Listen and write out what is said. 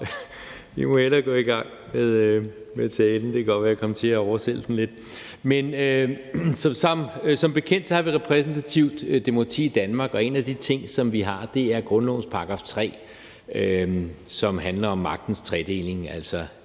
jeg må hellere gå i gang med talen; det kan godt være, at jeg kom til at overspille den lidt. Som bekendt har vi repræsentativt demokrati i Danmark, og en af de ting, som vi har, er grundlovens § 3, som handler om magtens tredeling, altså